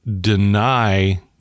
deny